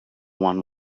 one